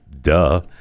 duh